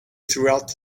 throughout